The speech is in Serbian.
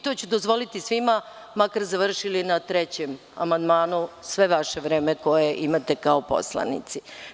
To ću dozvoliti svima makar završili na trećem amandmanu svo vreme koje imate kao poslanici.